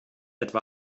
etwa